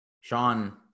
Sean